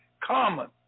common